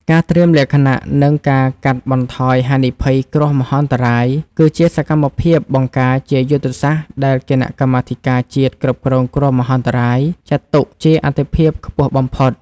ការត្រៀមលក្ខណៈ និងការកាត់បន្ថយហានិភ័យគ្រោះមហន្តរាយ គឺជាសកម្មភាពបង្ការជាយុទ្ធសាស្ត្រដែលគណៈកម្មាធិការជាតិគ្រប់គ្រងគ្រោះមហន្តរាយ ចាត់ទុកជាអាទិភាពខ្ពស់បំផុត។